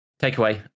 Takeaway